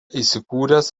įsikūręs